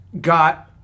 got